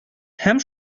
һәм